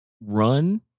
run